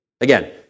Again